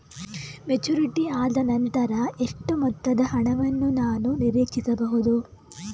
Maturity ಆದನಂತರ ಎಷ್ಟು ಮೊತ್ತದ ಹಣವನ್ನು ನಾನು ನೀರೀಕ್ಷಿಸ ಬಹುದು?